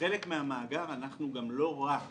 חלק מהמאגר אנחנו גם לא רק